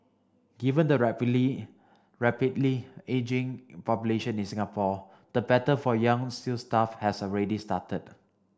given the rapidly rapidly ageing population in Singapore the battle for young sales staff has already started